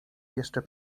jeszcze